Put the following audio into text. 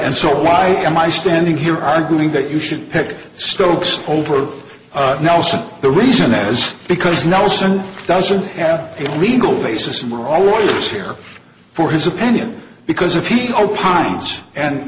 and so why am i standing here arguing that you should pick stokes over nelson the reason is because nelson doesn't have a legal basis and we're always here for his opinion because if he'd opines and